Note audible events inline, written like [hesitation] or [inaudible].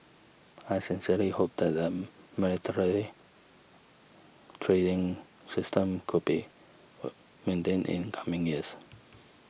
I sincerely hope that the military trading system could be [hesitation] maintained in coming years